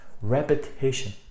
Repetition